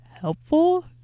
helpful